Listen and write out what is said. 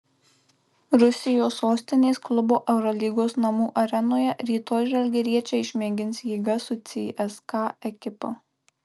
rusijos sostinės klubo eurolygos namų arenoje rytoj žalgiriečiai išmėgins jėgas su cska ekipa